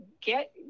get